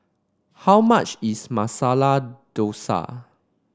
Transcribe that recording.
how much is Masala Dosa